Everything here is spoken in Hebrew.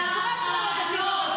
זה לא התפקיד שלך,